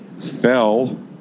fell